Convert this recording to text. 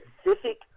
specific